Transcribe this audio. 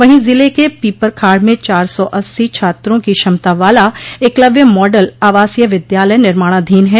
वहीं जिले के पीपरखाड़ में चार सौ अस्सी छात्रों की क्षमता वाला एकलव्य मॉडल आवासीय विद्यालय निर्माणाधीन है